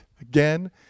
again